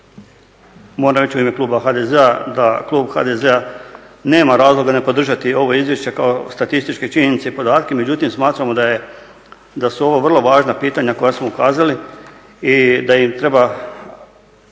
moram reći u ime kluba HDZ-a da klub HDZ-a nema razloga ne podržati ovo izvješće kao statističke činjenice i podatke međutim, smatramo da su ovo vrlo važna pitanja koja smo ukazali i da im treba